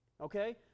Okay